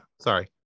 Sorry